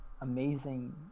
amazing